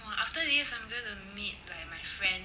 oh after this I'm gonna meet like my friend